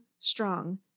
strong